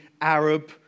Arab